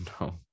no